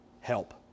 help